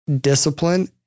discipline